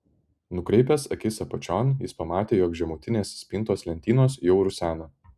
nukreipęs akis apačion jis pamatė jog žemutinės spintos lentynos jau rusena